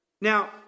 Now